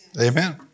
Amen